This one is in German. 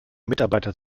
mitarbeiter